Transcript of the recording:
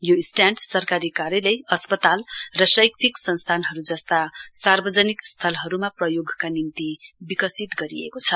यो स्ट्याण्ड कार्यालय अस्पताल र शैक्षिक संस्थानहरू जस्ता सार्वजनिक स्थलहरूमा प्रयोगका निम्ति विकसित गरिएको छ